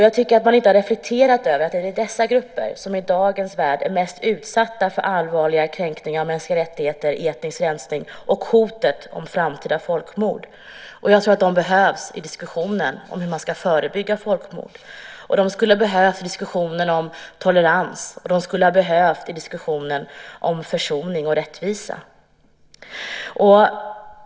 Jag tycker att man inte har reflekterat över att det är dessa grupper som i dagens värld är mest utsatta för allvarliga kränkningar av mänskliga rättigheter, etnisk rensning och hotet om framtida folkmord. De hade behövts i diskussionen om hur man ska förebygga folkmord, de skulle ha behövts i diskussionen om tolerans och de skulle ha behövts i diskussionen om försoning och rättvisa.